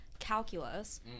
calculus